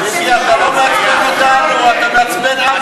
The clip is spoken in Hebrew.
אתה כרגע נמצא בשיא ההזיה.